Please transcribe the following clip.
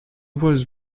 was